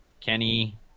kenny